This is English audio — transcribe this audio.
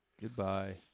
Goodbye